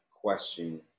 question